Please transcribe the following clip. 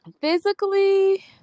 Physically